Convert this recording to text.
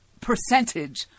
percentage